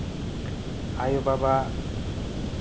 ᱟᱭᱚ ᱵᱟᱵᱟ